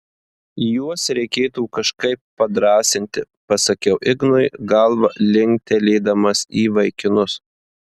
juos reikėtų kažkaip padrąsinti pasakiau ignui galva linktelėdamas į vaikinus